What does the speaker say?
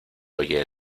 oye